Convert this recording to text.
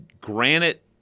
granite